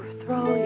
throw